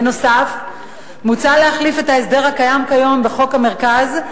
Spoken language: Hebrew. נוסף על כך מוצע להחליף את ההסדר הקיים כיום בחוק המרכז,